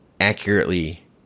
accurately